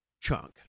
chunk